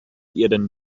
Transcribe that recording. eden